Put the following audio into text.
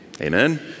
Amen